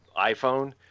iPhone